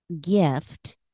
gift